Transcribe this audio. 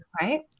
right